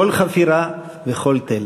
כל חפירה וכל תלם.